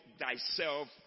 thyself